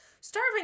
Starving